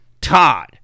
Todd